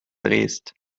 drehst